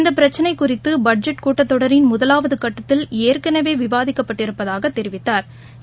இந்த பிரக்சினை குறித்து பட்ஜெட் கூட்டத்தொடரின் முதலாவது கட்டத்தில் ஏற்கனவே விவாதிக்கப்பட்டிருப்பதாகத் தெரிவித்தாா்